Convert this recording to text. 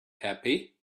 happy